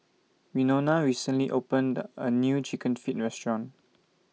Winona recently opened A New Chicken Feet Restaurant